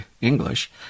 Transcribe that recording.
English